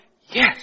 yes